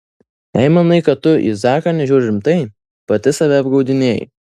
jei manai kad tu į zaką nežiūri rimtai pati save apgaudinėji